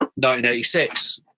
1986